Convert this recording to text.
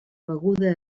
beguda